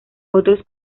otros